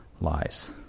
lies